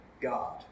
God